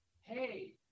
Hey